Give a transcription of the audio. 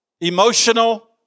emotional